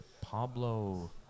Pablo